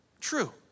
True